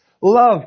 love